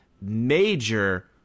major